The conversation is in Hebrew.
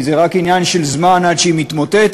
זה רק עניין של זמן עד שהיא מתמוטטת,